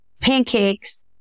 pancakes